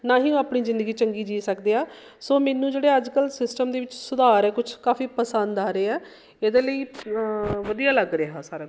ਨਾ ਹੀ ਉਹ ਆਪਣੀ ਜ਼ਿੰਦਗੀ ਚੰਗੀ ਜੀ ਸਕਦੇ ਹਾਂ ਸੋ ਮੈਨੂੰ ਜਿਹੜੇ ਅੱਜਕੱਲ ਸਿਸਟਮ ਦੇ ਵਿੱਚ ਸੁਧਾਰ ਹੈ ਕੁਝ ਕਾਫੀ ਪਸੰਦ ਆ ਰਹੇ ਆ ਇਹਦੇ ਲਈ ਵਧੀਆ ਲੱਗ ਰਿਹਾ ਸਾਰਾ ਕੁਝ